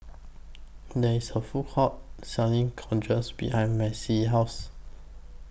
There IS A Food Court Selling countries behind Macie's House